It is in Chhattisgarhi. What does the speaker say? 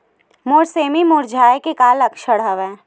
मोर सेमी मुरझाये के का लक्षण हवय?